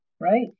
Right